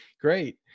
great